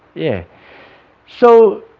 yeah so